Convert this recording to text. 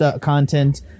content